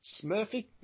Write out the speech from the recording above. Smurfy